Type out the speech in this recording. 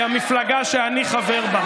היא המפלגה שאני חבר בה,